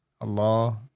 Allah